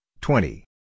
twenty